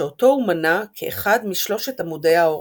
שאותו הוא מנה כאחד משלושת "עמודי ההוראה".